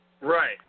Right